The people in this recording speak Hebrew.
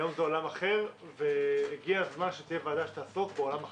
היום זה עולם אחר והגיע הזמן שתהיה ועדה שתעסוק בעולם החדש.